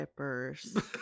chippers